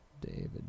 David